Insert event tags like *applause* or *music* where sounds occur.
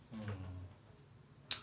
mm *noise*